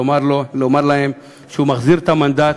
לומר להם שהוא מחזיר את המנדט